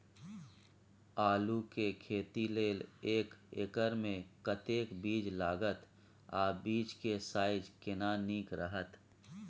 आलू के खेती लेल एक एकर मे कतेक बीज लागत आ बीज के साइज केना नीक रहत?